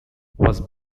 was